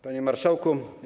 Panie Marszałku!